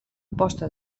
posta